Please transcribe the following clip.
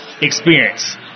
experience